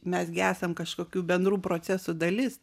mes gi esam kažkokių bendrų procesų dalis